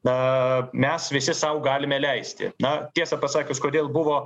na mes visi sau galime leisti na tiesą pasakius kodėl buvo